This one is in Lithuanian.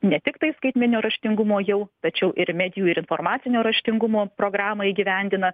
ne tiktai skaitmeninio raštingumo jau tačiau ir medijų ir informacinio raštingumo programą įgyvendina